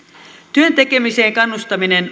työn tekemiseen kannustaminen